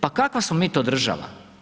Pa kakva smo mi to država?